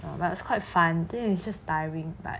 well it's quite fun think is just tiring but